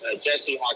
Jesse